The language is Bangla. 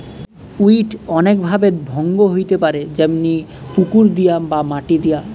উইড অনেক ভাবে ভঙ্গ হইতে পারে যেমনি পুকুর দিয়ে বা মাটি দিয়া